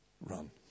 Run